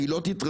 שהיא לא תתרחש,